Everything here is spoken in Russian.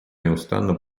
неустанно